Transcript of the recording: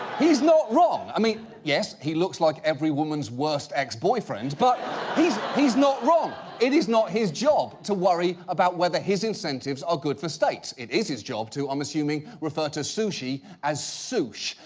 he's not wrong, i mean yes, he looks like every woman's worst ex-boyfriend, but he's he's not wrong. it is not his job to worry about whether his incentives are good for the states. it is his job to, i'm assuming, refer to sushi as sush,